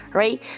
right